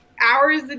hours